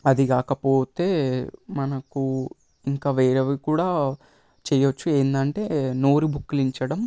అది కాకపోతే మనకు ఇంకా వేరేవి కూడ చేయవచ్చు ఏంటంటే నోరు పుక్కిలించడం